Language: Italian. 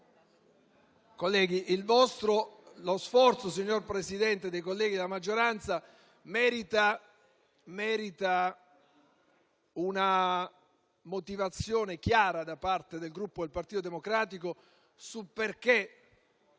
Presidente, lo sforzo dei colleghi della maggioranza merita una motivazione chiara da parte del Gruppo Partito Democratico sul perché